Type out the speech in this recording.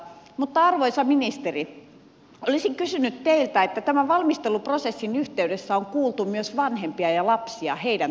mutta arvoisa ministeri olisin kysynyt teiltä kun tämän valmisteluprosessin yhteydessä on kuultu myös vanhempia ja lapsia heidän toiveistaan